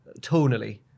Tonally